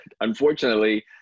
unfortunately